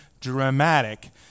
dramatic